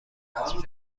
اسب